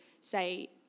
say